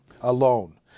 alone